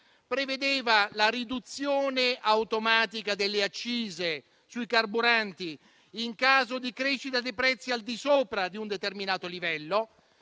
prevedeva la riduzione automatica delle accise sui carburanti in caso di crescita dei prezzi al di sopra di un determinato livello: